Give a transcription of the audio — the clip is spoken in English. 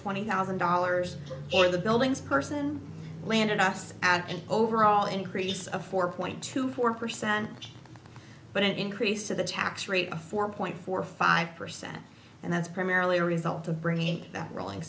twenty thousand dollars or the buildings person landed us and overall increase of four point two four percent but increase to the tax rate of four point four five percent and that's primarily a result of bringing that rolling